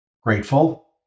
grateful